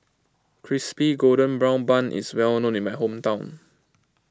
Crispy Golden Brown Bun is well known in my hometown